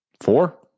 Four